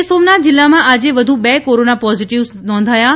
ગીર સોમનાથ જીલ્લામાં આજે વધુ બે કોરોના પોઝીટીવ આવ્યા છે